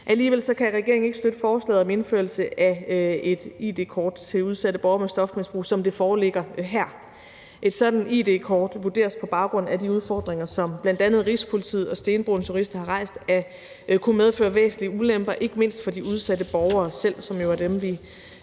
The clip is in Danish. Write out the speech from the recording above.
Alligevel kan regeringen ikke støtte forslaget om indførelse af et id-kort til udsatte borgere med stofmisbrug, som det foreligger her. Et sådant id-kort vurderes på baggrund af de udfordringer, som bl.a. Rigspolitiet og Stenbroens Jurister har påpeget, at kunne medføre væsentlig ulemper, ikke mindst for de udsatte borgere selv, som jo er dem, som